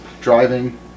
driving